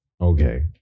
Okay